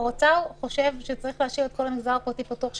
האוצר חושב שצריך להשאיר את כל המגזר הפרטי פתוח,